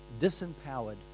disempowered